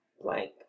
blank